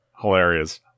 Hilarious